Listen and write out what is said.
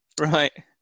Right